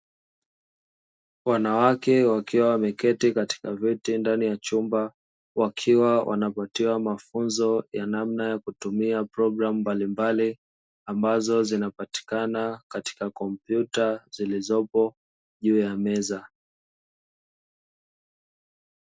Wanawake wakiwa wameketi katika veti ndani ya chumba wakiwa wanapatiwa mafunzo ya namna ya kutumia program mbalimbali ambazo zinapatikana katika kompyuta zilizopo juu ya meza.